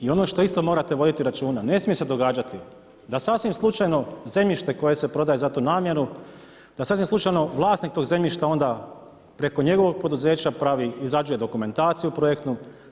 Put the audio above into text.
I ono što isto morate voditi računa, ne smije se događati da sasvim slučajno zemljište koje se prodaje za tu namjenu da sasvim slučajno vlasnik tog zemljišta onda preko njegovog poduzeća pravi, izrađuje dokumentaciju projektnu.